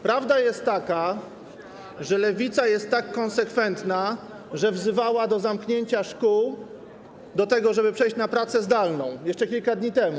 Prawda jest taka, że Lewica jest tak konsekwentna, że wzywała do zamknięcia szkół, do tego, żeby przejść na pracę zdalną jeszcze kilka dni temu.